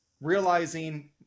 realizing